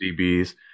DBs